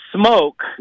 smoke